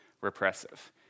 repressive